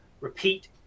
repeat